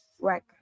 Right